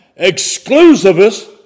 exclusivists